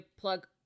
plug